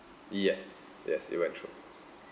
yes yes it went through